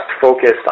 focused